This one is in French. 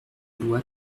loi